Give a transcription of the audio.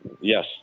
Yes